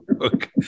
Okay